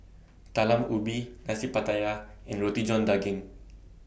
Talam Ubi Nasi Pattaya and Roti John Daging